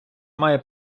має